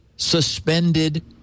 Suspended